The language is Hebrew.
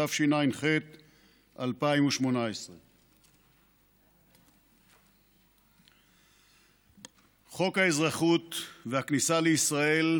התשע"ח 2018. חוק האזרחות והכניסה לישראל,